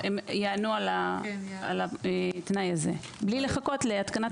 הם יענו על התנאי הזה בלי לחכות להתקנת